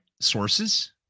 sources